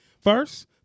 First